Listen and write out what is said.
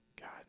God